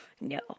No